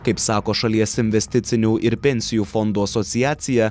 kaip sako šalies investicinių ir pensijų fondų asociacija